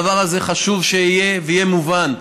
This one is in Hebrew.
הדבר הזה חשוב שיהיה, ויהיה מובן.